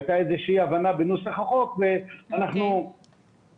הייתה איזושהי אי-הבנה בנוסח החוק ואנחנו בהבנה